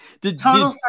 Total